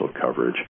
coverage